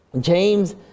James